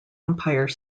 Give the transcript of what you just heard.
empire